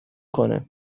کنه